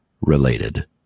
related